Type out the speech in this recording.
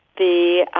the.